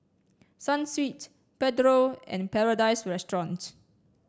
Sunsweet Pedro and Paradise Restaurant